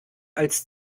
als